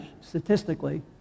statistically